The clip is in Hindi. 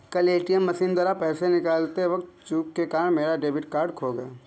कल ए.टी.एम मशीन द्वारा पैसे निकालते वक़्त चूक के कारण मेरा डेबिट कार्ड खो गया